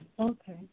Okay